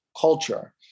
culture